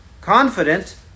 confident